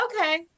okay